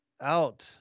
out